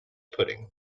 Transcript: pudding